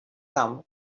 some